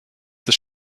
des